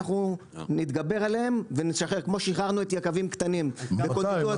אנחנו נתגבר עליהן ונשחרר כמו ששחררו את היקבים הקטנים --- מתי?